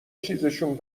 چیزشون